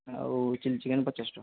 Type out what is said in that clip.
ଆଉ chilli chicken ପଚାଶ ଟଙ୍କା